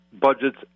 budgets